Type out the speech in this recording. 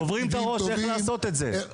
שוברים את הראש איך לעשות את זה.